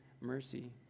mercy